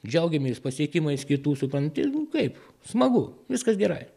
džiaugiamės pasiekimais kitų supranti nu kaip smagu viskas gerai